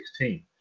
2016